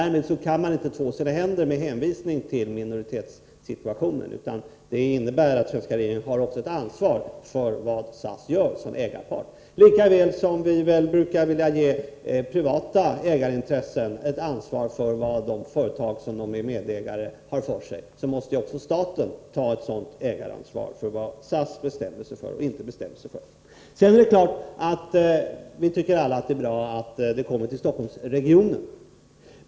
Regeringen kan inte två sina händer med hänvisning till minoritetssituationen, eftersom regeringen såsom ägarpart har ett ansvar för vad SAS gör. Lika väl som vi brukar låta privata ägarintressen ha ansvar för vad de företag som de är medägare i gör måste även staten ta ett ägaransvar för vad SAS bestämmer sig för och inte bestämmer sig för. Vi tycker alla att det är bra att huvudkontoret kommer till Stockholmsregionen.